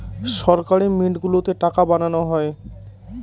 সরকারি মিন্ট গুলোতে টাকা বানানো হয়